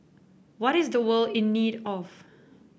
what is the world in need of